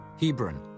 Hebron